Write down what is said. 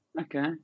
Okay